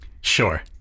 Sure